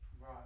right